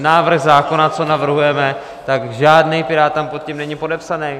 V návrhu zákona, co navrhujeme, žádný pirát tam pod tím není podepsaný.